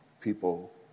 people